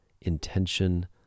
intention